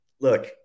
look